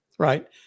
Right